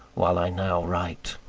while i now write.